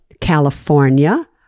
California